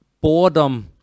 boredom